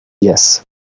yes